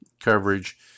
coverage